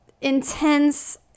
intense